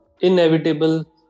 inevitable